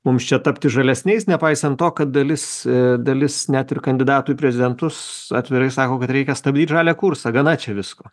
mums čia tapti žalesniais nepaisant to kad dalis dalis net ir kandidatų į prezidentus atvirai sako kad reikia stabdyt žalią kursą gana čia visko